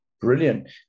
Brilliant